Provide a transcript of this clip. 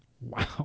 Wow